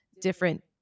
different